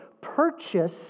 purchase